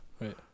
Right